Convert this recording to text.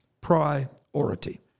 priority